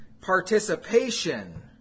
participation